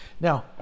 Now